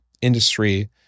industry